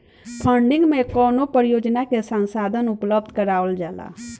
funding से कवनो परियोजना के संसाधन उपलब्ध करावल जाला